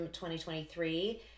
2023